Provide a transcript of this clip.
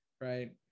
right